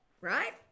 right